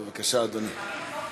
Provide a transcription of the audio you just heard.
בבקשה, אדוני.